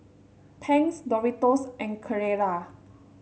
Tangs Doritos and Carrera